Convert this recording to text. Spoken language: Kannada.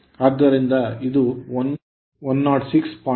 ಆದ್ದರಿಂದ ಇದು 106